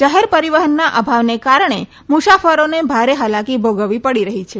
જાહેર પરીવહનના અભાવને કારણે મુસાફરોને ભારે હાલાકી ભોગવવી પડી રહી છે